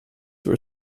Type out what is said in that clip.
were